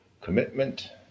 commitment